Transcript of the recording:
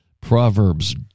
Proverbs